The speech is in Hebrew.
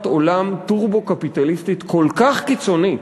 עולם טורבו-קפיטליסטית כל כך קיצונית,